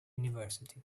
university